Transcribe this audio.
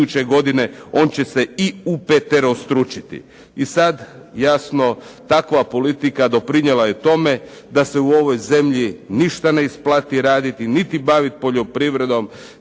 godine on će se i upeterostručiti. I sad jasno takva politika doprinijela je tome da se u ovoj zemlji ništa ne isplati raditi, niti bavit poljoprivredom,